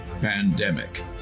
Pandemic